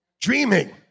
dreaming